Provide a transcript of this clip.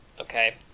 okay